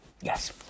Yes